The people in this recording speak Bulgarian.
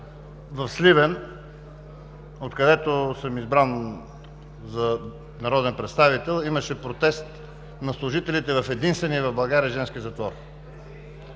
в Сливен, откъдето съм избран за народен представител, имаше протест на служителите в единствения в България женски затвор.